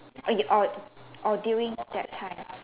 or or during that time